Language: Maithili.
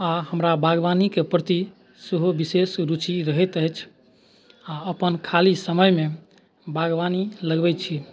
आ हमरा बागवानीके प्रति सेहो विशेष रूचि रहैत अछि आ अपन खाली समयमे बागवानी लगबैत छी